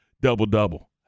double-double